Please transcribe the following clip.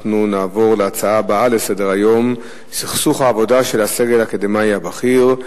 אנחנו נעבור לנושא הבא: סכסוך העבודה של הסגל האקדמי הבכיר,